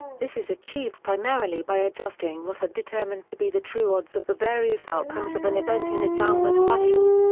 this is achieved primarily by adjusting what are determined to be the true odds of the various outcomes of an event in a downward fashion.